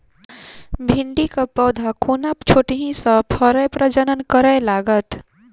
भिंडीक पौधा कोना छोटहि सँ फरय प्रजनन करै लागत?